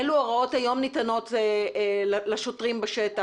אלו הוראות ניתנות היום לשוטרים בשטח,